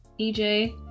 EJ